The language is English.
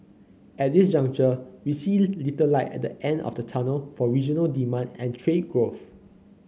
at this juncture we see little light at the end of the tunnel for regional demand and trade growth